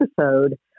episode